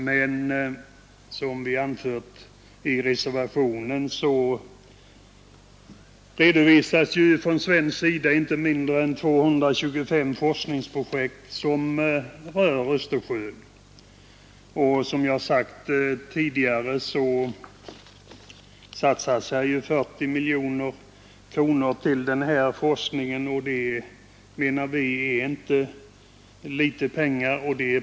Men som vi anfört i vår reservation redovisas från svensk sida inte mindre än 225 forskningsprojekt som gäller Östersjön. Som jag tidigare sagt satsas ca 40 miljoner kronor på miljövårdsforskning, och det är inte litet pengar.